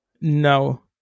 No